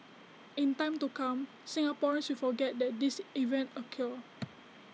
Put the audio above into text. in time to come Singaporeans will forget that this event occur